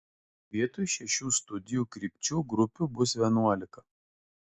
vietoj šešių studijų krypčių grupių bus vienuolika